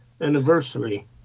anniversary